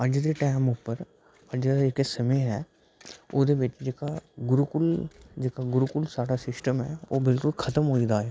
अज्ज दे टैम उप्पर अज्ज जेह्का समें ऐ ओह्दे बिच जेह्का गुरूकुल साढ़ा सिस्टम ऐ ओह् बिलकुल खत्म होई गेदा ऐ